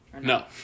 no